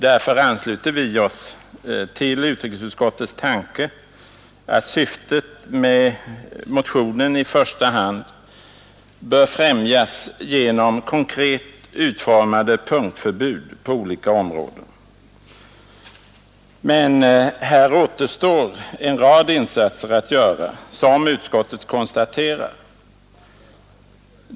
Därför ansluter vi oss till utrikesutskottets tanke, att syftet med motionen i första hand bör främjas genom konkret utformade punktförbud på olika områden. Men här återstår en rad insatser att göra, såsom utskottet konstaterar.